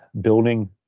building